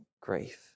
grief